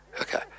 Okay